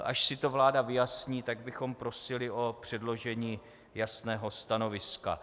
Až si to vláda vyjasní, tak bychom prosili o předložení jasného stanoviska.